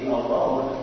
alone